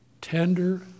tender